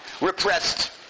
repressed